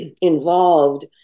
involved